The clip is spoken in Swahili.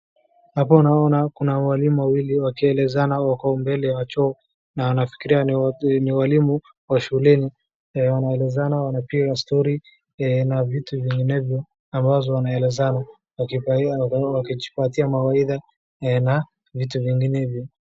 Hapo naona walimu wawili wakielezana wako mbele ya choo na nafikiria ni walimu wa shuleni wanaelezana wanapiga story na vitu vinginevyo ambazo wanaelezana wakipatiana ama wakijipatia mawaidha na vitu vinginevyo.